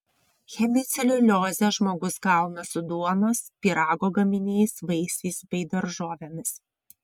hemiceliuliozę žmogus gauna su duonos pyrago gaminiais vaisiais bei daržovėmis